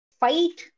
fight